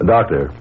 Doctor